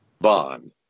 bond